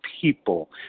people